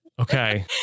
Okay